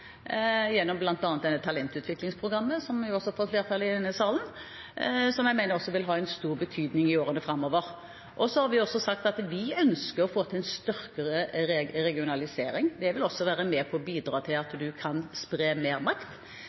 flertall for i denne salen, og som jeg mener vil ha stor betydning i årene framover. Vi har også sagt at vi ønsker å få til en sterkere regionalisering. Det vil også være med på å